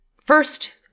first